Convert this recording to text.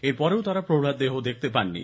এর পরেও তারা প্রৌঢ়ার দেহ দেখতে পাননি